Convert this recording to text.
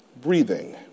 breathing